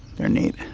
they're neat.